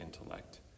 intellect